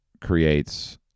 creates